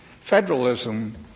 federalism